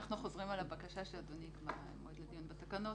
אנחנו חוזרים על הבקשה שאדוני יקבע מועד לדיון בתקנות.